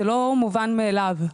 זה לא מובן מאליו.